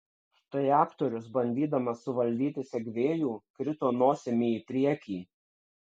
štai aktorius bandydamas suvaldyti segvėjų krito nosimi į priekį